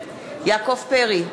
יעקב פרי,